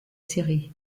séries